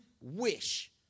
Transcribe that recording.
wish